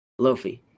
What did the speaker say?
Lofi